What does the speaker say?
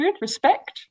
RESPECT